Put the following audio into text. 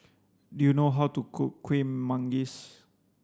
do you know how to cook Kueh Manggis